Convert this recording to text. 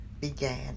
began